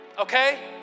Okay